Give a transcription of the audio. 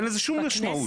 אין לזה שום משמעות.